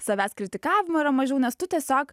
savęs kritikavimo yra mažiau nes tu tiesiog